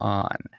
on